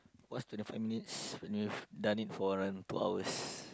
what's twenty five minutes when we have done it for around two hours